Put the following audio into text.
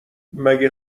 مگه